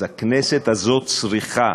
אז הכנסת הזאת צריכה,